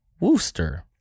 Worcester